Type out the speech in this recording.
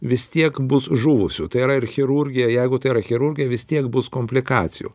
vis tiek bus žuvusių tai yra ir chirurgija jeigu tai yra chirurgai vis tiek bus komplikacijų